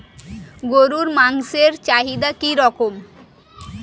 গরুর মাংসের চাহিদা কি রকম?